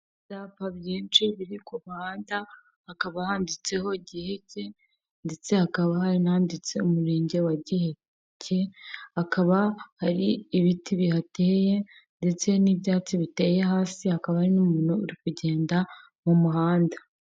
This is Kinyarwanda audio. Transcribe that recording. Ibyapa byinshi biri ku muhanda, hakaba handitseho Giheke ndetse hakaba hananditse Umurenge wa Giheke, hakaba hari ibiti bihateye ndetse n'ibyatsi biteye hasi, hakaba hari n'umuntu uri kugenda mu muhanda.